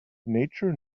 nature